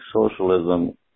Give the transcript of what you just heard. socialism